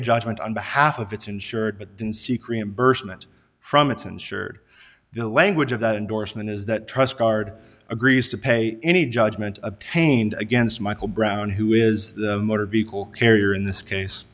a judgement on behalf of its insured but didn't seek reimbursement from its insured the language of that endorsement is that trust card agrees to pay any judgement obtained against michael brown who is the motor vehicle carrier in this case